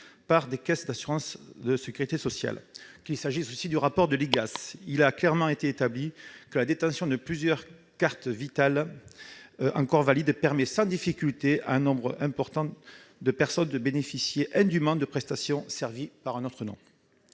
par les caisses de sécurité sociale. Par ailleurs, un rapport de l'IGAS a clairement établi que la détention de plusieurs cartes Vitale encore valides permet sans difficulté à un nombre important de personnes de bénéficier indûment de prestations avec un autre nom.